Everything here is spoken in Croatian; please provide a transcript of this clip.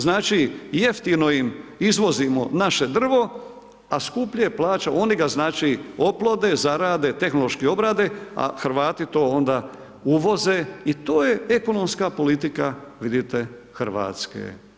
Znači, jeftino im izvozimo naše drvo, a skuplje plaćamo oni ga znače oplode, zarade, tehnološki obrade, a Hrvati to onda uvoze i to je ekonomska politika vidite Hrvatske.